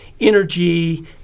energy